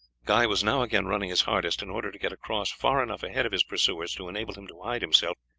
guy was now again running his hardest, in order to get across far enough ahead of his pursuers to enable him to hide himself,